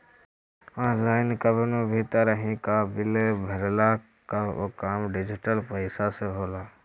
online कवनो भी तरही कअ बिल भरला कअ काम डिजिटल पईसा से होला